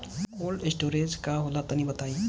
Cold storage का होला तनि बताई?